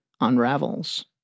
unravels